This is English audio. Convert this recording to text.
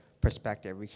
perspective